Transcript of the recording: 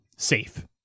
safe